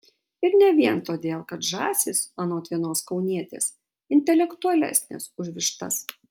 ir ne vien todėl kad žąsys anot vienos kaunietės intelektualesnės už vištas